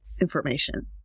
information